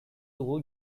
dugu